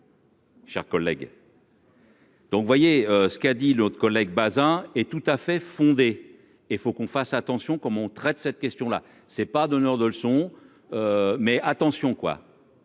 Chers collègues. Donc, vous voyez ce qu'a dit l'autre collègue Bazin et tout à fait fondée et faut qu'on fasse attention comme on traite cette question là c'est pas donneur de leçons mais attention quoi.